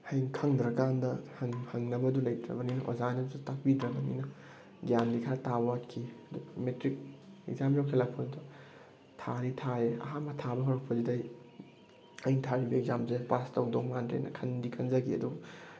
ꯍꯌꯦꯡ ꯈꯪꯗ꯭ꯔꯀꯥꯟꯗ ꯍꯪꯅꯕꯗꯣ ꯂꯩꯇ꯭ꯔꯕꯅꯤꯅ ꯑꯣꯖꯥꯅꯁꯨ ꯇꯥꯛꯄꯤꯗ꯭ꯔꯕꯅꯤꯅ ꯒ꯭ꯌꯥꯟꯗꯤ ꯈꯔ ꯇꯥꯕ ꯋꯥꯠꯈꯤ ꯑꯗꯣ ꯃꯦꯇ꯭ꯔꯤꯛ ꯑꯦꯛꯖꯥꯝ ꯌꯧꯁꯜꯂꯛꯄꯗꯣ ꯊꯥꯗꯤ ꯊꯥꯏꯌꯦ ꯑꯍꯥꯟꯕ ꯊꯥꯕ ꯍꯧꯔꯛꯄꯁꯤꯗꯩ ꯑꯩꯅ ꯊꯥꯔꯤꯕ ꯑꯦꯛꯖꯥꯝꯁꯦ ꯄꯥꯁ ꯇꯧꯗꯧ ꯃꯥꯟꯗ꯭ꯔꯦꯅ ꯈꯟꯗꯤ ꯈꯟꯖꯈꯤ ꯑꯗꯨꯕꯨ